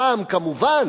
הפעם, כמובן,